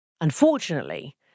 Unfortunately